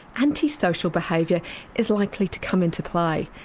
antisocial behaviour is likely to come into play.